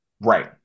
Right